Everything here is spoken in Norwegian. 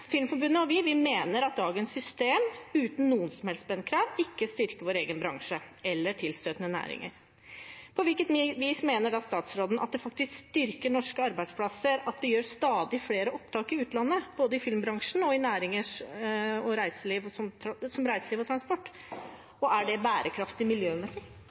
Filmforbundet og vi mener at dagens system, uten noen som helst spendkrav, ikke styrker vår egen bransje eller tilstøtende næringer. På hvilket vis mener statsråden at det faktisk styrker norske arbeidsplasser at det gjøres stadig flere opptak i utlandet, både i filmbransjen og i næringer som reiseliv og transport? Og er det bærekraftig miljømessig?